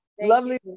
Lovely